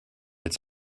its